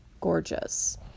gorgeous